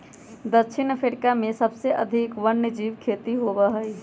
दक्षिण अफ्रीका में सबसे अधिक वन्यजीव खेती होबा हई